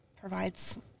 provides